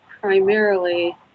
primarily